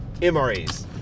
MREs